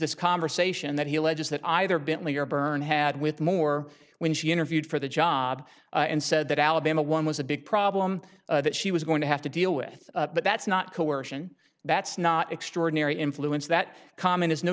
this conversation that he alleges that either bentley or byrne had with more when she interviewed for the job and said that alabama one was a big problem that she was going to have to deal with but that's not coercion that's not extraordinary influence that comment is no